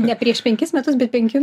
ne prieš penkis metus bei penkių